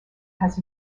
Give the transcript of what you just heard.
has